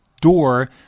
door